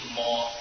more